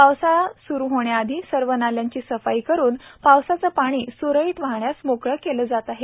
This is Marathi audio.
पावसाळा सूरू होण्याआधी सर्व नाल्यांची सफाई करून पावसाचे पाणी सुरळीत वाहण्यास मोकळे केले जाणार आहेत